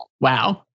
Wow